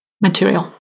material